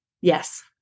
Yes